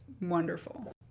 wonderful